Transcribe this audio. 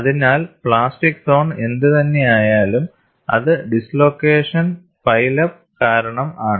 അതിനാൽ plastic zone എന്തുതന്നെയായാലുംഅത് dislocation pile up കാരണം ആണ്